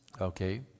Okay